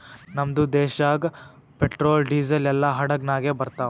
ನಮ್ದು ದೇಶಾಗ್ petrol, diesel ಎಲ್ಲಾ ಹಡುಗ್ ನಾಗೆ ಬರ್ತಾವ್